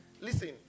Listen